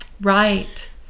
Right